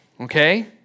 okay